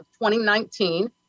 2019